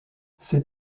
ses